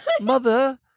Mother